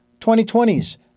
2020's